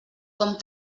com